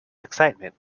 excitement